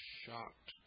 shocked